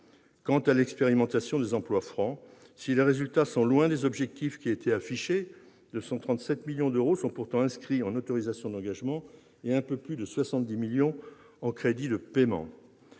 Quant à l'expérimentation des emplois francs, si les résultats sont loin des objectifs qui étaient affichés, 237 millions d'euros sont pourtant inscrits en autorisations d'engagement et un peu plus de 70 millions d'euros en crédits de paiement.